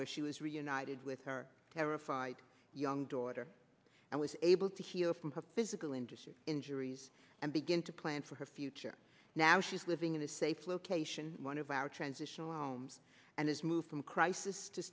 where she was reunited with her terrified young daughter and was able to heal from her physical industry injuries and begin to plan for her future now she's living in a safe location one of our transitional omes and has moved from crisis to